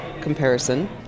comparison